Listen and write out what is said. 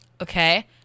Okay